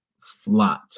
flat